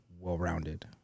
well-rounded